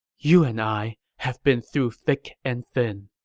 you and i have been through thick and thin,